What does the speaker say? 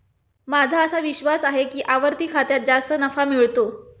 माझा असा विश्वास आहे की आवर्ती खात्यात जास्त नफा मिळतो